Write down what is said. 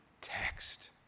text